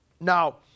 Now